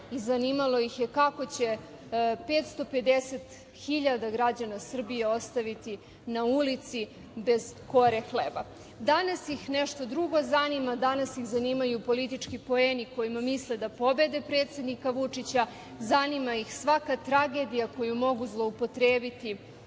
i zanimalo ih je kako će 550 hiljada građana Srbije ostaviti na ulici, bez kore hleba. Danas ih nešto drugo zanima. Danas ih zanimaju politički poeni koji misle da pobede predsednika Vučića. Zanima ih svaka tragedija koju mogu zloupotrebiti